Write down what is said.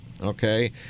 Okay